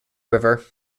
river